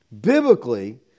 Biblically